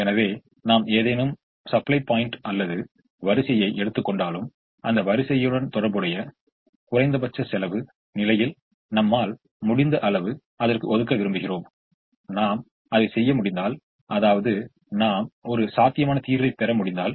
எனவே நாம் இப்பொழுது ஒரு கட்டத்தை நிறைவு செய்துள்ளோம் முதலில் நாம் 1 ஐ எடுத்துக்கொண்டு ஒதுக்கப்படாத நிலையில் பொறுத்தியுள்ளோம் மேலும் மீதமுள்ள மாற்றங்கள் ஒதுக்கப்பட்ட நிலைகளிலிருந்து மட்டுமே பொறுத்தியுள்ளோம் அதேசமயம் நாம் இந்த 5 ஐ முயற்சித்திருந்தால் அத்தகைய கட்டத்தை நம்மால் பூர்த்தி செய்து இருக்க முடியாது